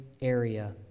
area